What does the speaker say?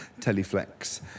Teleflex